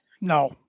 No